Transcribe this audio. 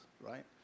right